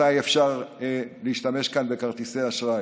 מתי אפשר להשתמש כאן בכרטיסי אשראי,